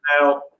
Now